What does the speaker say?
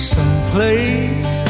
Someplace